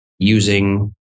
using